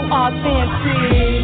authentic